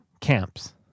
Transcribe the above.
camps